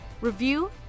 review